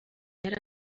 yari